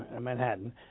Manhattan